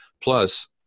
Plus